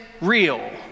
real